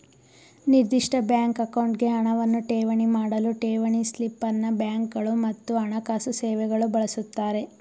ನಿರ್ದಿಷ್ಟ ಬ್ಯಾಂಕ್ ಅಕೌಂಟ್ಗೆ ಹಣವನ್ನ ಠೇವಣಿ ಮಾಡಲು ಠೇವಣಿ ಸ್ಲಿಪ್ ಅನ್ನ ಬ್ಯಾಂಕ್ಗಳು ಮತ್ತು ಹಣಕಾಸು ಸೇವೆಗಳು ಬಳಸುತ್ತಾರೆ